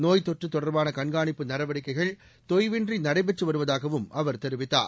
நோய் தொற்று தொடர்பான கண்காணிப்பு நடவடிக்கைகள் தொய்வின்றி நடைபெற்று வருவதாகவும் அவர் தெரிவித்தார்